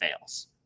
fails